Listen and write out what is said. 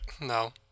no